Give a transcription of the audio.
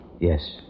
Yes